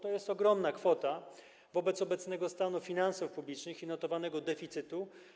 To jest ogromna kwota wobec obecnego stanu finansów publicznych i notowanego deficytu.